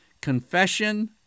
confession